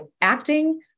acting